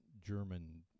German